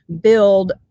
build